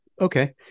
Okay